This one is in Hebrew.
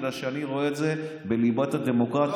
בגלל שאני רואה את זה בליבת הדמוקרטיה.